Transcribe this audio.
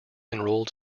enrolled